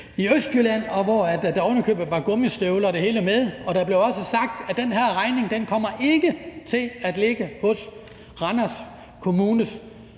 i Østjylland, og hvor der ovenikøbet var gummistøvler og det hele med. Der blev der sagt, at den her regning ikke kommer til at ligge hos Randers Kommunes